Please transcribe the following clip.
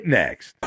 next